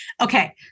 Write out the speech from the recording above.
okay